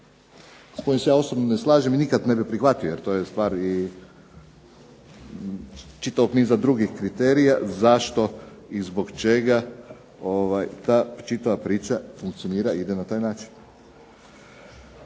kojim se ja osobno ne slažem i nikad ne bih prihvatio jer to je stvar i čitavog niza drugih kriterija, zašto i zbog čega ta čitava priča funkcionira i ide na taj način.